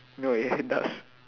no it does